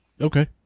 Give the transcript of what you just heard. Okay